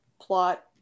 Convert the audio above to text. plot